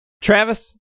Travis